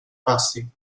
passées